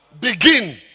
Begin